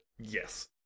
Yes